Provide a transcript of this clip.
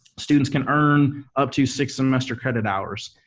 students can earn up to six semester credit hours.